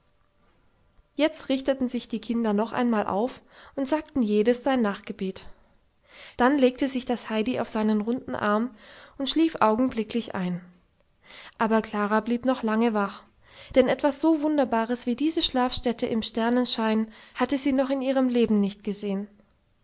jetzt richteten sich die kinder noch einmal auf und sagten jedes sein nachtgebet dann legte sich das heidi auf seinen runden arm und schlief augenblicklich ein aber klara blieb noch lange wach denn etwas so wunderbares wie diese schlafstätte im sternenschein hatte sie noch in ihrem leben nicht gesehen